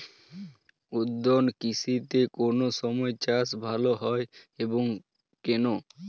উদ্যান কৃষিতে কোন সময় চাষ ভালো হয় এবং কেনো?